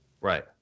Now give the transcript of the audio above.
Right